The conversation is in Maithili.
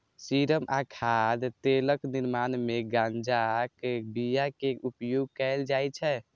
सीरम आ खाद्य तेलक निर्माण मे गांजाक बिया के उपयोग कैल जाइ छै